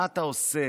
מה אתה עושה?